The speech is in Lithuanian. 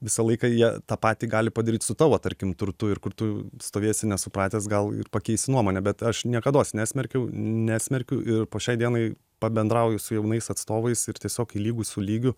visą laiką jie tą patį gali padaryt su tavo tarkim turtu ir kur tu stovėsi nesupratęs gal ir pakeisi nuomonę bet aš niekados nesmerkiau nesmerkiu ir po šiai dienai pabendrauju su jaunais atstovais ir tiesiog lygus su lygiu